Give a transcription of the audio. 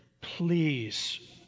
please